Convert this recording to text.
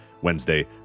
Wednesday